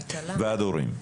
ועד ההורים.